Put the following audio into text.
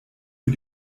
für